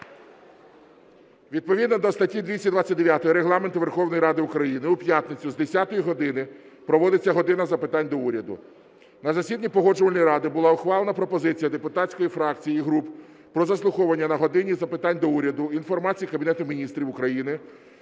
Відповідно до статті 229 Регламенту Верховної Ради України у п'ятницю з 10 години проводиться "година запитань до Уряду". На засіданні Погоджувальної ради була ухвалена пропозиція депутатських фракцій і груп про заслуховування на "годині запитань до Уряду" інформації Кабінету Міністрів України